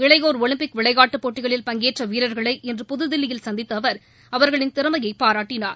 இளையோர் ஒலிம்பிக் விளையாட்டுப் போட்டிகளில் பங்கேற்ற வீரர்களை இன்று புததில்லியில் சந்தித்த அவர் அவர்களின் திறமையை பாராட்டினார்